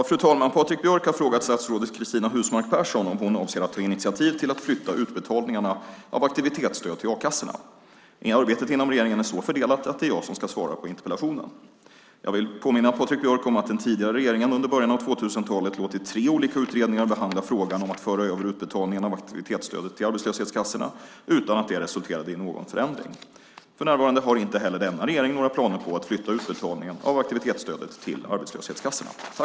Fru talman! Patrik Björck har frågat statsrådet Cristina Husmark Pehrsson om hon avser att ta initiativ till att flytta utbetalningarna av aktivitetsstöd till a-kassorna. Arbetet inom regeringen är så fördelat att det är jag som ska svara på interpellationen. Jag vill påminna Patrik Björck om att den tidigare regeringen under början av 2000-talet låtit tre olika utredningar behandla frågan om att föra över utbetalningen av aktivitetsstödet till arbetslöshetskassorna utan att det resulterade i någon förändring. För närvarande har inte heller denna regering några planer på att flytta utbetalningen av aktivitetsstödet till arbetslöshetskassorna.